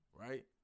Right